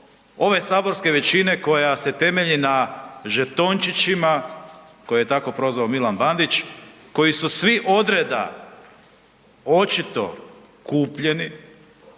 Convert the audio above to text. ove saborske većine koja se temelji na žetončićima koje je tako prozvao M. Bandič, koji su svi od reda očito kupljeni